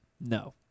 No